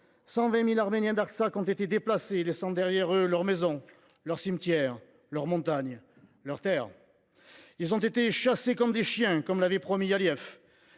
120 000 Arméniens d’Artsakh ont été déplacés, laissant derrière eux leurs maisons, leurs cimetières, leurs montagnes, leur terre. Ils ont été « chassés comme des chiens », comme l’avait promis Aliev.